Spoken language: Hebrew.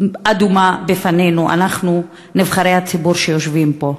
אדומה בפנינו, אנחנו, נבחרי הציבור שיושבים פה.